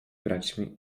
braćmi